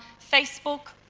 facebook,